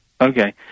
Okay